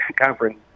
conference